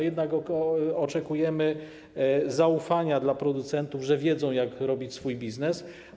Jednak oczekujemy zaufania wobec producentów, że wiedzą, jak robić swój biznes.